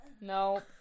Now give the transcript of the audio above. No